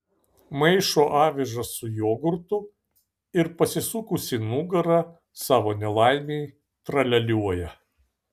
maišo avižas su jogurtu ir pasisukusi nugara savo nelaimei tralialiuoja